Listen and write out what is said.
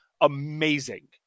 amazing